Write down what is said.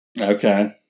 Okay